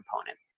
component